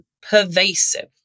pervasive